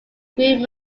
green